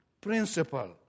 principle